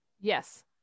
yes